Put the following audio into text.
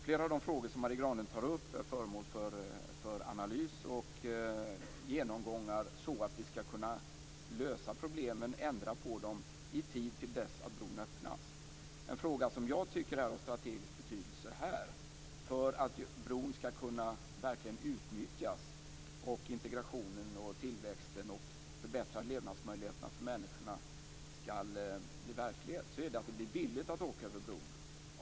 Flera av de frågor som Marie Granlund tar upp är föremål för analys och genomgångar, så att vi skall kunna lösa problemen och ändra på dem i tid tills dess att bron öppnas. En fråga tycker jag är av strategisk betydelse för att bron verkligen skall kunna utnyttjas och för att integration, tillväxt och förbättrade levnadsmöjligheter för människor skall bli verklighet. Det är att det blir billigt att åka över bron.